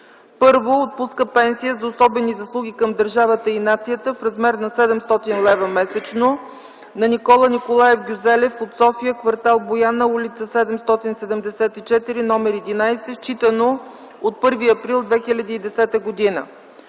И: 1. Отпуска пенсия за особени заслуги към държавата и нацията в размер на 700 лв. месечно на Никола Николаев Гюзелев от гр. София, кв. Бояна, ул. „774” № 11, считано от 1 април 2010 г.; 2.